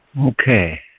Okay